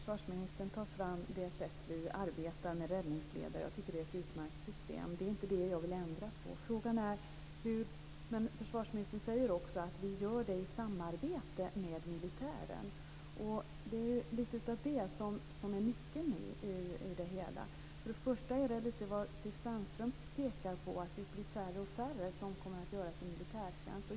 Fru talman! Försvarsministern tar upp vårt arbetssätt med räddningsledare. Jag tycker att det är ett utmärkt system. Det är inte det som jag vill ändra på. Försvarsministern säger också att vi gör detta i samarbete med militären. Det är på något sätt nyckeln i det hela. Som Stig Sandström pekar på blir det allt färre som kommer att göra sin militärtjänst.